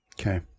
Okay